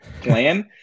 plan